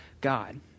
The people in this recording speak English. God